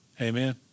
Amen